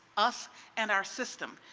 us and our system.